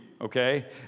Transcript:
okay